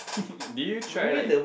did you try like